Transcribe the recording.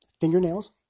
Fingernails